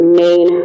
main